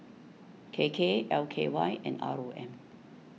K K L K Y and R O M